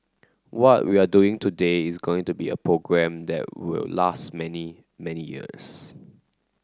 what we're doing today is going to be a program that will last many many years